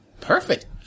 Perfect